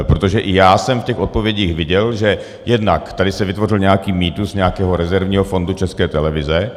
Protože i já jsem v těch odpovědích viděl, že jednak tady se vytvořil nějaký mýtus nějakého rezervního fondu České televize.